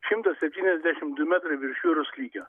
šimtas septyniasdešim du metrai virš jūros lygio